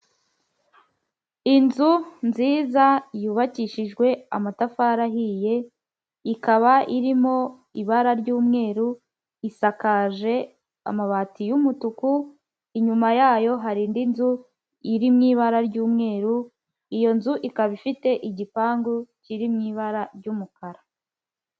Inzu nziza y'ubakishijwe amatafari ahiye ikaba irimo ibara ry'umweru isakaje amabati y'umutuku, inyuma yayo hari indi nzu iri mu ibara ry'umweru, iyo nzu ikaba ifite igipangu kiri mu ibara ry'umukara.